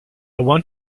want